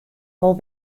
wol